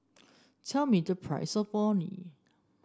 tell me the price of Orh Nee